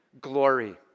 glory